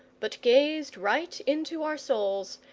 but gazed right into our souls,